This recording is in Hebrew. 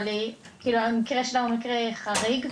אבל כאילו המקרה שלה הוא מקרה חריג.